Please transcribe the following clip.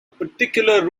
particular